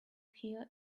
here